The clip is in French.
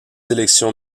élections